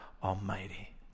Almighty